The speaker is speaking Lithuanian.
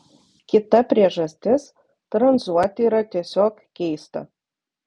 kita priežastis tranzuoti yra tiesiog keista